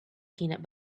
peanut